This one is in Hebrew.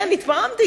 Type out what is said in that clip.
כן, התפעמתי.